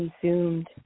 consumed